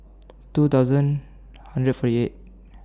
two thousand hundred forty eight